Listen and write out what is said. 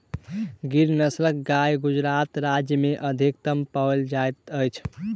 गिर नस्लक गाय गुजरात राज्य में अधिकतम पाओल जाइत अछि